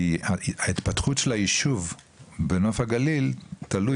כי ההתפתחות של היישוב בנוף הגליל תלויה